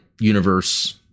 universe